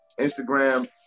Instagram